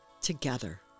together